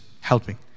helping